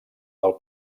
del